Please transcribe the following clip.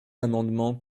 amendements